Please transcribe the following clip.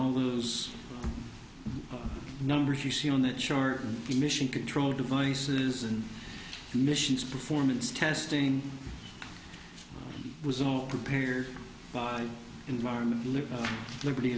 all those numbers you see on the shore emission control devices and emissions performance testing was all prepared by environment live liberty